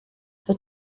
for